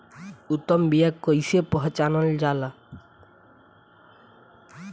उत्तम बीया कईसे पहचानल जाला?